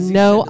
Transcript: no